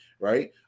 right